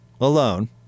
alone